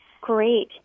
Great